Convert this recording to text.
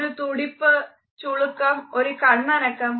ഒരു തുടിപ്പ് ചുളുക്കം ഒരു കണ്ണനക്കം